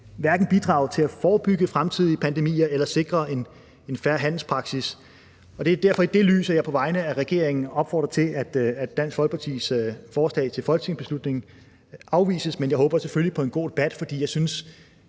hverken bidrage til at forebygge fremtidige pandemier eller sikre en fair handelspraksis. Det er derfor i det lys, at jeg på vegne af regeringen opfordrer til, at Dansk Folkepartis forslag til folketingsbeslutning afvises. Men jeg håber selvfølgelig på en god debat, for jeg synes,